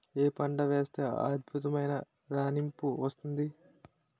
ఏ పంట వేస్తే అద్భుతమైన రాణింపు వస్తుంది?